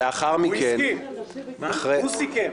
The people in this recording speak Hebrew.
לאחר מכן, אחרי --- הוא סיכם.